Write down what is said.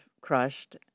crushed